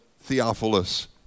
Theophilus